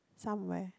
somewhere